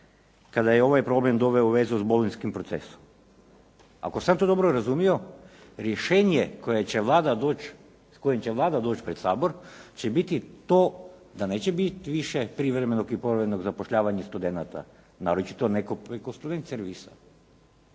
kada je ovaj problem doveo u vezu s bolonjskim procesom. Ako sam ja to dobro razumio rješenje s kojim će Vlada doći pred Sabor će biti to da neće biti više privremenog i povremenog zapošljavanja studenata, naročito ne preko student servisa